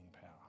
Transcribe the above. power